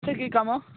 ତୋର କି କାମ